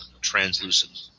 translucent